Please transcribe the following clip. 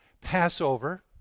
Passover